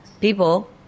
people